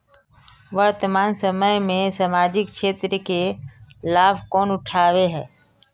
वर्तमान समय में सामाजिक क्षेत्र के लाभ कौन उठावे है?